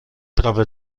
prawe